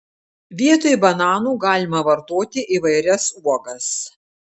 vietoj bananų galima vartoti įvairias uogas